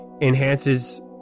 enhances